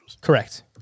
Correct